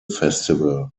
festival